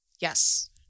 Yes